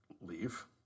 leave